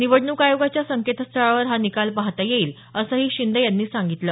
निवडणूक आयोगाच्या संकेतस्थळावर हा निकाल पाहता येईल असंही शिंदे यांनी सांगितलं